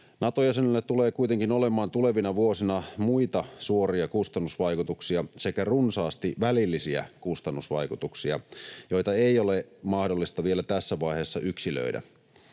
Nato-jäsenyydellä tulee kuitenkin olemaan tulevina vuosina muita suoria kustannusvaikutuksia sekä runsaasti välillisiä kustannusvaikutuksia, joita ei ole mahdollista vielä tässä vaiheessa yksilöidä.